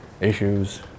issues